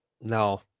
No